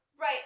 Right